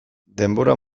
denbora